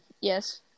Yes